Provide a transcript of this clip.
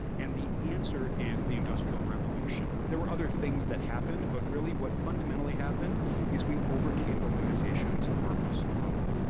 and the answer is the industrial revolution. there were other things that happened, but really what fundamentally happened is we overcame the limitations of our muscle power.